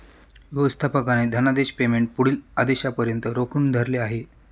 व्यवस्थापकाने धनादेश पेमेंट पुढील आदेशापर्यंत रोखून धरले आहे